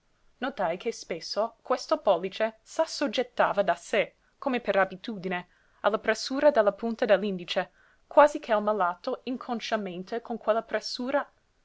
notai che spesso questo pollice s'assoggettava da sé come per abitudine alla pressura della punta dell'indice quasi che il malato inconsciamente con quella pressura